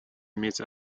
иметь